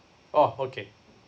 oh okay